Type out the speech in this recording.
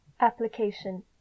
APPLICATION